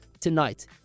Tonight